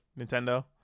Nintendo